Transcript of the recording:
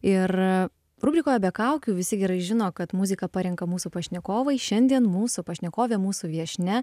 ir rubrikoje be kaukių visi gerai žino kad muziką parenka mūsų pašnekovai šiandien mūsų pašnekovė mūsų viešnia